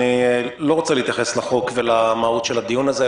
אני לא רוצה להתייחס לחוק ולמהות של הדיון הזה,